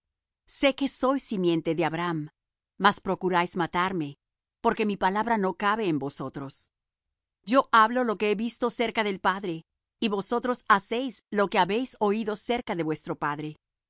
sé que sois simiente de abraham mas procuráis matarme porque mi palabra no cabe en vosotros yo hablo lo que he visto cerca del padre y vosotros hacéis lo que habéis oído cerca de vuestro padre